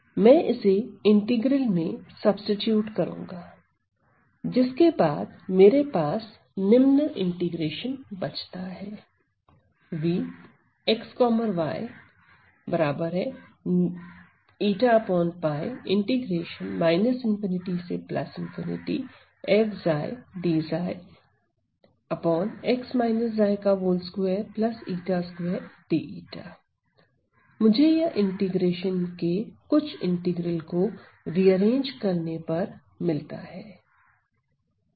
मैं इसे इंटीग्रल में सब्सीट्यूट करूंगा जिसके बाद मेरे पास निम्न इंटीग्रेशन बचता है मुझे यह इंटीग्रेशन के कुछ इंटीग्रल को रिअरेंज करने पर मिलता है